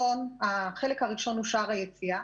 החלק הראשון הוא שער היציאה